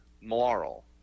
moral